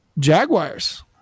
Jaguars